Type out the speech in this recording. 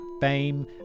fame